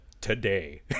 today